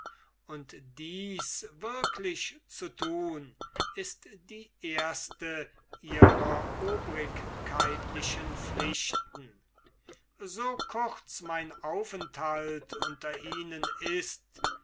und dies wirklich zu tun ist die erste ihrer obrigkeitlichen pflichten so kurz mein aufenthalt unter ihnen ist